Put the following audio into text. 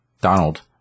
Donald